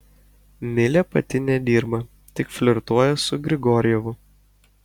milė pati nedirba tik flirtuoja su grigorjevu